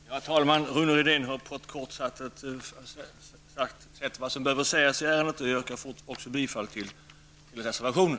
Herr talman! Rune Ryden har kortfattat sagt vad som behöver sägas i ärendet. Också jag yrkar bifall till reservationen.